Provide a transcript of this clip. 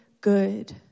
good